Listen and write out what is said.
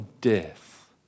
death